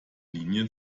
linie